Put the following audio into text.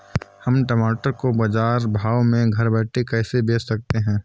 हम टमाटर को बाजार भाव में घर बैठे कैसे बेच सकते हैं?